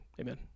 Amen